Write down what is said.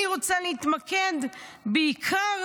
אני רוצה להתמקד בעיקר